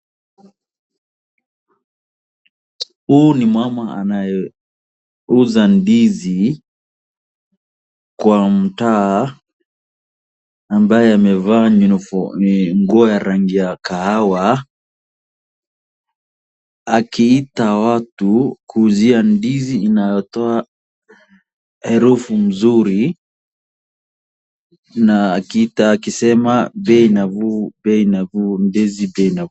Huyu ni mama anayeuza ndizi kwa mtaa, ambaye amevaa nguo ya rangi ya kahawa, akiita watu kuuzia ndizi inayotoa harufu nzuri na akiita akisema bei nafuu bei nafuu, ndizi bei nafuu.